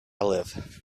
live